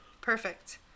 perfect